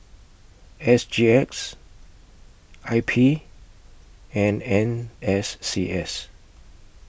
S G X I P and N S C S